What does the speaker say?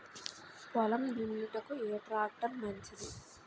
పొలం దున్నుటకు ఏ ట్రాక్టర్ మంచిది?